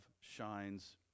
shines